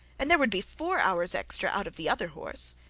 and there would be four hours extra out of the other horse.